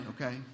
Okay